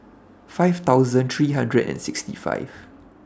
five thousand three hundred and sixty five